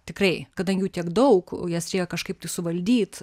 tikrai kadangi jų tiek daug jas reikia kažkaip tai suvaldyt